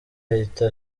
ahita